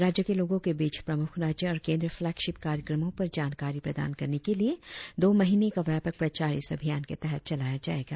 राज्य के लोगों के बीच प्रमुख राज्य और केंद्रीय फ्लेगशिप कार्यक्रमो पर जानकारी प्रदान करने के लिए दो महीने का व्यापक प्रचार इस अभियान के तहत चलाया जाएगा